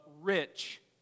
rich